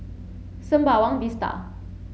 Sembawang Vista